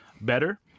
better